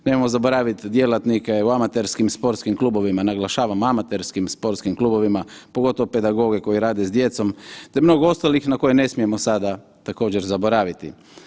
Nemojmo zaboraviti djelatnike u amaterskim sportskim klubovima, naglašavam, amaterskim sportskim klubovima, pogotovo pedagoge koji rade s djecom te mnogo ostalih na koje ne smijemo sada također, zaboraviti.